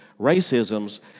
racisms